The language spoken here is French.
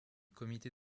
comité